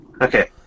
Okay